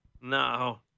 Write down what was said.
No